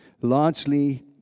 Largely